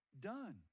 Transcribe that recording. Done